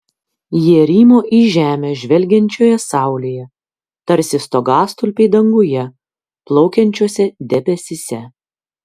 jie rymo į žemę žvelgiančioje saulėje tarsi stogastulpiai danguje plaukiančiuose debesyse